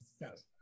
Yes